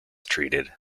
treated